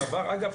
ועבר אגב,